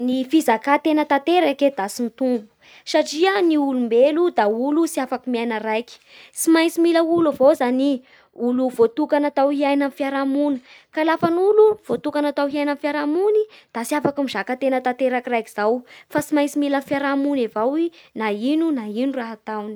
Ny fizaka tena tanteraky e da tsy mitombo satria ny olombelo da olo tsy afaky miaina raiky, tsy maintsy mila olo avao zany i, olo voataka natao hiaina amin'nyb fiaraha-monina. Ka lafa ny olo voatoka hiaina amin'ny fiaraha-mony da tsy afaky mizakatena raiky zaofa tsy maintsy mila fiaraha-mony avao i na ino na ino raha ataony.